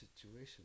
situation